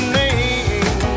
name